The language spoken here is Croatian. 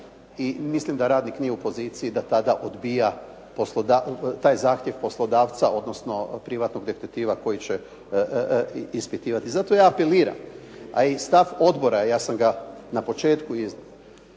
i mislim da radnik nije u poziciji da tada odbija taj zahtjev poslodavca, odnosno privatnog detektiva koji će ispitivati. Zato ja apeliram, a i stav odbora je, ja sam ga na početku.